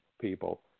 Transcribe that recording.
People